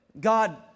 God